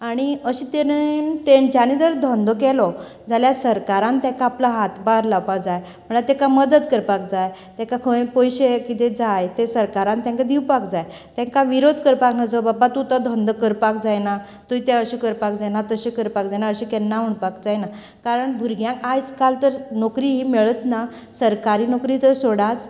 आणी अशें तरेन तेंच्यानी जर धंदो केलो जाल्यार सरकारान तेका आपलो हातभार लावपा जाय म्हळ्यार तेका मदत करपाक जाय तेका खंय पयशें कितें जाय तें सरकारान तेंका दिवपाक जाय तेका विरोध करपाक नजो बाबा तूं तो धंदो करपाक जायना तुवें तें अशें करपाक जायना तशें करपाक जायना अशें केन्ना म्हणपाक जायना कारण भुरग्यांक आयज काल तर नोकरी मेळच ना सरकारी नोकरी तर सोडाच